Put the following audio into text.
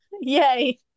Yay